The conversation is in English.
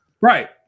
Right